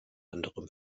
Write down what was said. anderem